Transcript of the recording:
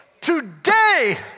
today